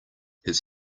his